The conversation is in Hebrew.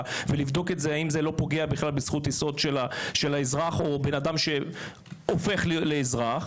ולבדוק האם זה לא פוגע בזכות יסוד של האזרח אבל או אדם שהופך לאזרח,